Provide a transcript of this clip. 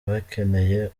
bakeneye